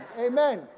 Amen